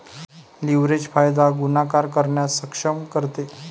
leverage फायदा गुणाकार करण्यास सक्षम करते